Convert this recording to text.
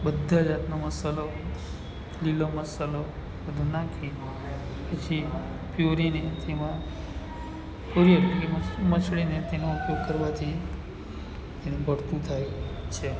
બધા જાતના મસાલાઓ લીલો મસાલો બધો નાખી પછી પ્યુરીને તેમાં કોરી મચળીને તેનો ઉપયોગ કરવાથી એને ભરતું થાય છે